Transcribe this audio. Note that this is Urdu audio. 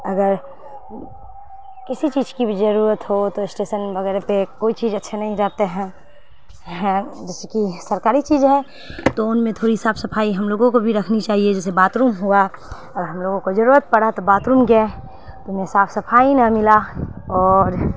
اگر کسی چیز کی بھی ضرورت ہو تو اسٹیسن وغیرہ پہ کوئی چیز اچھے نہیں جاتے ہیں ہیں جیسے کہ سرکاری چیز ہے تو ان میں تھوڑی صاف صفائی ہم لوگوں کو بھی رکھنی چاہیے جیسے باتھ روم ہوا اگر ہم لوگوں کو ضرورت پڑا تو باتھ روم گئے تو ہمیں صاف صفائی نہ ملا اور